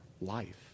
life